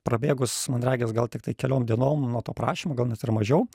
prabėgus man regis gal tiktai keliom dienom nuo to prašymo gal net ir mažiau